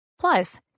Plus